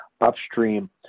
upstream